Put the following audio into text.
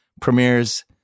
premieres